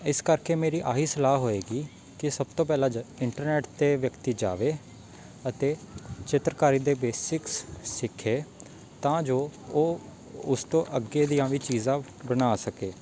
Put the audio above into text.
ਇਸ ਕਰਕੇ ਮੇਰੀ ਆਹ ਹੀ ਸਲਾਹ ਹੋਏਗੀ ਕਿ ਸਭ ਤੋਂ ਪਹਿਲਾਂ ਇੰਟਰਨੈਟ 'ਤੇ ਵਿਅਕਤੀ ਜਾਵੇ ਅਤੇ ਚਿੱਤਰਕਾਰੀ ਦੇ ਬੇਸਿਕਸ ਸਿੱਖੇ ਤਾਂ ਜੋ ਉਹ ਉਸ ਤੋਂ ਅੱਗੇ ਦੀਆਂ ਵੀ ਚੀਜ਼ਾਂ ਬਣਾ ਸਕੇ